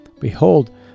Behold